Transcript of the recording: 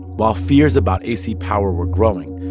while fears about ac power were growing,